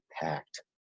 packed